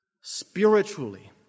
spiritually